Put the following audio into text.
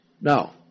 Now